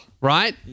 right